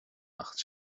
acht